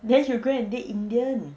then you go and date indian